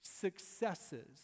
successes